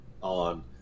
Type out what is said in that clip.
on